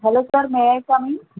hello sir may I come in